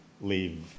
leave